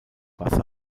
wasser